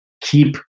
keep